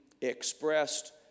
expressed